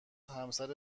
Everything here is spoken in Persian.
همسر